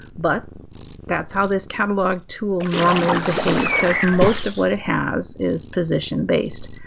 but that's how this catalog tool normally behaves, because most of what it has is position based.